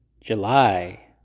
July